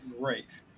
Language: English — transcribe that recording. great